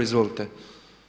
Izvolite.